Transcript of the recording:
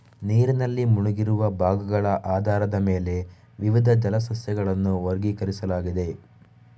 ನೀರಿನಲ್ಲಿ ಮುಳುಗಿರುವ ಭಾಗಗಳ ಆಧಾರದ ಮೇಲೆ ವಿವಿಧ ಜಲ ಸಸ್ಯಗಳನ್ನು ವರ್ಗೀಕರಿಸಲಾಗಿದೆ